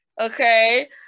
Okay